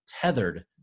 tethered